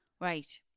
Right